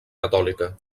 catòlica